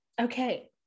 Okay